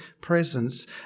presence